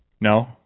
No